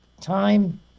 Time